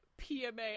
PMA